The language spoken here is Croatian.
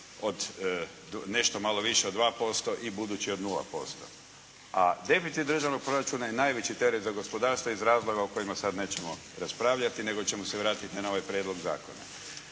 nešto malo više od 2% i budući od nula posto. A deficit državnog proračuna je najveći teret za gospodarstvo iz razloga o kojima sad nećemo raspravljati, nego ćemo se vratiti na ovaj prijedlog zakona.